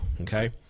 Okay